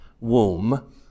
womb